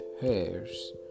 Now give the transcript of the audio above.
hairs